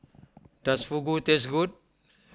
does Fugu taste good